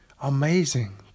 Amazing